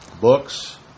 Books